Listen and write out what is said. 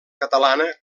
catalana